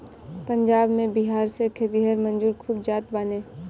पंजाब में बिहार से खेतिहर मजूर खूब जात बाने